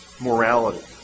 morality